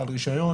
שלהם.